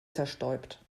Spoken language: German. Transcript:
zerstäubt